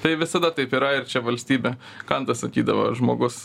tai visada taip yra ir čia valstybė kanda sakydavo žmogus